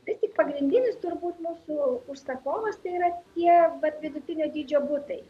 vis tik pagrindinis turbūt mūsų užsakovas tai yra tie vat vidutinio dydžio butai